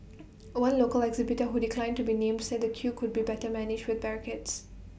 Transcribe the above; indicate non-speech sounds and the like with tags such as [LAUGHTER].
[NOISE] one local exhibitor who declined to be named said the queue could be better managed with barricades